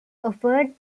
offered